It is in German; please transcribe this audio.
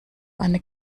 eine